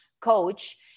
coach